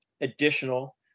additional